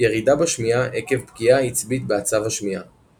ירידה בשמיעה עקב פגיעה עצבית בעצב השמיעה